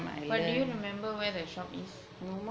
but do you remember where the shop is